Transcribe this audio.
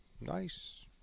nice